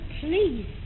please